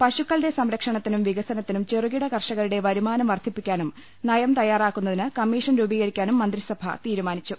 പശുക്കളുടെ സംര ക്ഷണത്തിനും വികസനത്തിനും ചെറുകിട കർഷകരുടെ വരുമാനം വർധി പ്പിക്കാനും നയം തയ്യാറാക്കുന്നതിന് കമ്മിഷൻ രൂപീകരിക്കാനും മന്ത്രി സഭ തീരുമാനിച്ചു